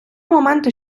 моменти